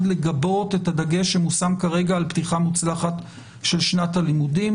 לגבות את הדגש שמושם כרגע על פתיחה מוצלחת של שנת הלימודים.